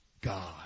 God